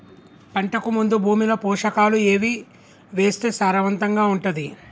పంటకు ముందు భూమిలో పోషకాలు ఏవి వేస్తే సారవంతంగా ఉంటది?